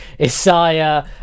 Isaiah